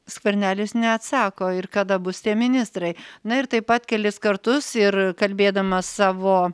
skvernelis neatsako ir kada bus tie ministrai na ir taip pat kelis kartus ir kalbėdamas savo